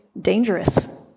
dangerous